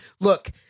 look